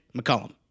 McCollum